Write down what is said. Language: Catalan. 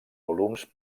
volums